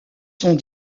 sont